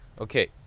Okay